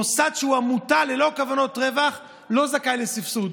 מוסד שהוא עמותה ללא כוונות רווח לא זכאי לסבסוד.